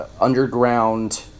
underground